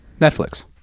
netflix